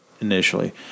initially